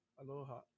Aloha